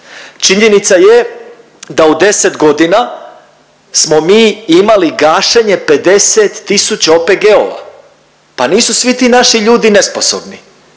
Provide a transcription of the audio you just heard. Činjenica je da u 10 godina smo mi imali gašenje 50 tisuća OPG-ova, pa nisu svi ti naši ljudi nesposobni,